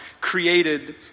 created